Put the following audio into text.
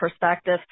perspective